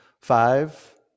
Five